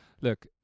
look